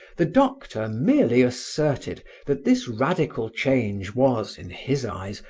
the doctor merely asserted that this radical change was, in his eyes,